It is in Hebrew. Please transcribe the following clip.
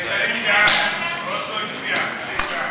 התשע"ה 2015, לוועדת הכלכלה נתקבלה.